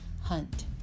hunt